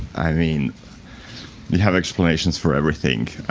i mean you have explanations for everything.